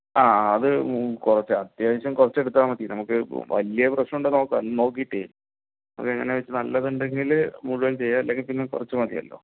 ആ അത് കുറച്ച് അത്യാവശ്യം കുറച്ച് എടുത്താൽ മതി നമുക്ക് ഇപ്പോൾ വലിയ പ്രശ്നം ഉണ്ടോ എന്ന് നോക്കാ നോക്കിട്ടേ നമുക്ക് എങ്ങനെ എന്ന് വച്ചാൽ നല്ലത് ഉണ്ടെങ്കിൽ അല്ലെങ്കിൽ പിന്നെ മുഴുവൻ ചെയ്യാം അല്ലെങ്കിൽ പിന്നെ കുറച്ച് മതിയല്ലോ